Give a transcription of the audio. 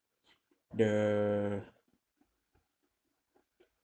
the